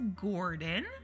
Gordon